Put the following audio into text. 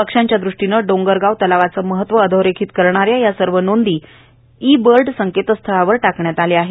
पक्ष्यांच्या दृष्टीने डोंगरगाव तलावाचे महत्त्व अधोरेखित करणाश्या या सर्व नोंदी बहारदवारे इ बर्ड संकेतस्थळावर टाकण्यात आल्या आहेत